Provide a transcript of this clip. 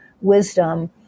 wisdom